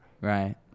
Right